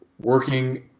working